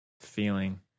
feeling